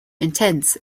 intense